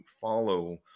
follow